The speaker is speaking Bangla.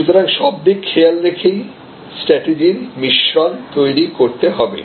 সুতরাং সব দিক খেয়াল রেখেই স্ট্র্যাটেজির মিশ্রন তৈরি করতে হবে